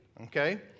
Okay